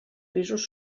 pisos